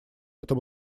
этом